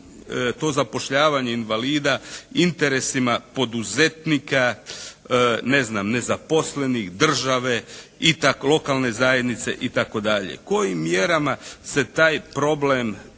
to zapošljavanje invalida interesima poduzetnika, ne znam nezaposlenih, države, lokalne zajednice itd.? Kojim mjerama se taj problem može